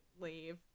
leave